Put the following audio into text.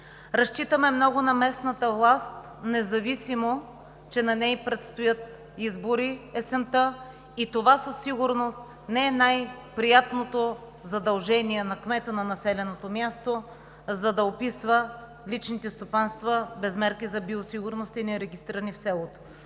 Разчитаме много на местната власт, независимо че на нея ѝ предстоят избори през есента и това със сигурност не е най-приятното задължение на кмета на населеното място, за да описва личните стопанства без мерки за биосигурност и нерегистрирани в селото.